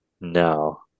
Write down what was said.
No